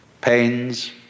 pains